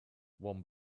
one